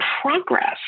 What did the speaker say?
progress